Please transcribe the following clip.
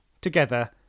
together